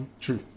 True